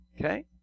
okay